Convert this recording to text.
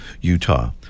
Utah